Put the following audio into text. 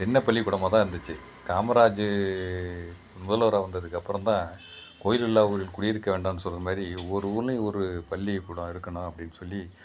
திண்ணை பள்ளிக்கூடமாக தான் இருந்துச்சு காமராஜ் முதல்வராக வந்ததுக்கு அப்புறம் தான் கோயில் இல்லாத ஊரில் குடியிருக்க வேண்டாம்னு சொல்கிற மாதிரி ஒவ்வொரு ஊர்லேயும் ஒரு பள்ளிக்கூடம் இருக்கணும் அப்படின்னு சொல்லி